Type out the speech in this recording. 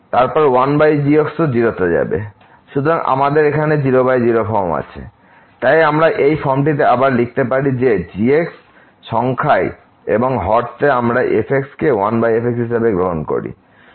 সুতরাং আমাদের এখানে 00 ফর্ম আছে আমরা এই ফর্মটিতে আবার লিখতে পারি যে আমরা এই g সংখ্যায় এবং হরতে আমরা এই f কে 1f হিসাবে গ্রহণ করি